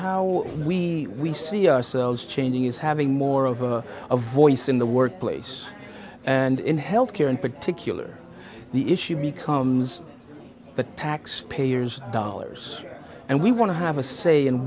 how we we see ourselves cheney as having more of a voice in the workplace and in health care in particular the issue becomes the taxpayers dollars and we want to have a say in